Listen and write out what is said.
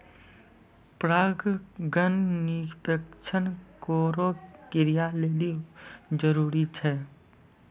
परागण निषेचन केरो क्रिया लेलि जरूरी छै